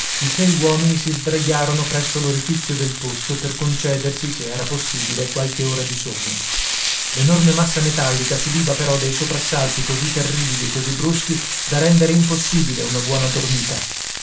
i sei uomini si sdraiarono presso l'orifizio del pozzo per concedersi se era possibile qualche ora di sonno l'enorme massa metallica subiva però dei soprassalti così terribili e così bruschi da rendere impossibile una buona dormita